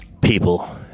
People